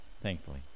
thankfully